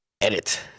Edit